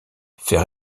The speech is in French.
faire